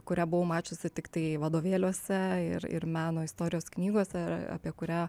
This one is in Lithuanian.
kurią buvau mačiusi tiktai vadovėliuose ir ir meno istorijos knygose ir apie kurią